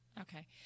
Okay